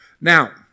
Now